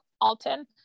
Alton